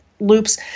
Loops